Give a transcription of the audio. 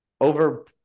Over